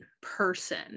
person